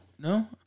No